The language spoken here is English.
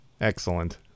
Excellent